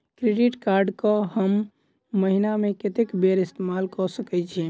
Credit card कऽ हम महीना मे कत्तेक बेर इस्तेमाल कऽ सकय छी?